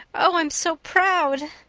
oh, i'm so proud!